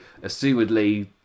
assumedly